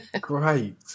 great